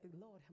Lord